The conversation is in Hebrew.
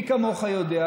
מי כמוך יודע,